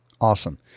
Awesome